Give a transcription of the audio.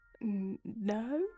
No